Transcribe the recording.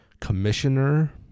commissioner